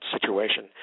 situation